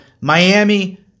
Miami